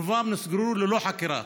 רובם נסגרו ללא חקירה.